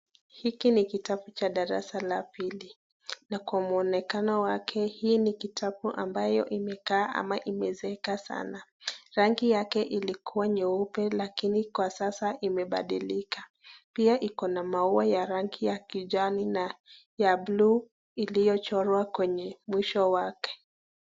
Hiki ni kitabu cha darasa la pili na kwa muonekano wake hii ni kitabu ambayo imekaa ama imezeeka sana, rangi yake ilikuwa nyeupe lakini kwa sasa imebadilika, pia iko na maua ya rangi ya kijani na ya buluu iliyochorwa kwenye mwisho wake.